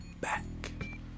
back